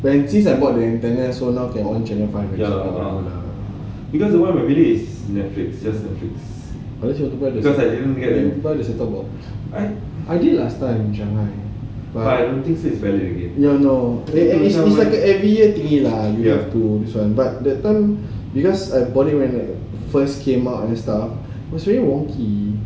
and since I bought the antenna so now can watch channel five ya cause I didn't get the set up box I did last time no no it's like every year thingy lah you have to but this [one] because that time when I bought it when it first came out it was really wonky